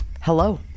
hello